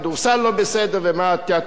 ובמה תת-ספית לא בסדר.